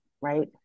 right